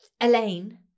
Elaine